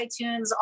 iTunes